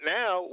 now